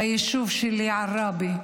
ביישוב שלי, עראבה,